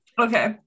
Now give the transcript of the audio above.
Okay